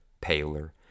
paler